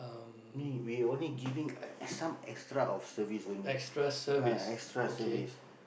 me we only giving uh some extra of service only ah extra service